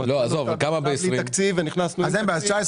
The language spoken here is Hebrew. היינו בלי תקציב ונכנסנו עם תקציב.